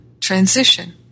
transition